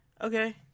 Okay